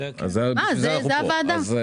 לכן אנחנו כאן.